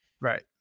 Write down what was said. Right